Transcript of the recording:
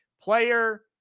player